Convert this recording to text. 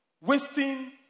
wasting